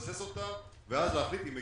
לבסס אותה ואז להחליט אם מגיבים.